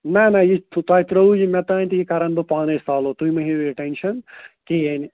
نہ نہ یہِ تۄہہِ ترٚووُ یہِ مےٚ تام تہٕ یہِ کَرَن بہٕ پانَے سالُو تُہۍ مہٕ ہیٚیِو یہِ ٹٮ۪نشَن کِہیٖنۍ